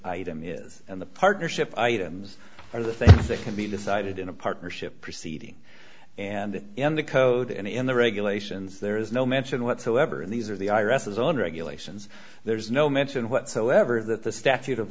item is and the partnership items are the thing that can be decided in a partnership proceeding and in the code and in the regulations there is no mention whatsoever and these are the i r s is on regulations there is no mention whatsoever that the statute of